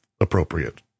appropriate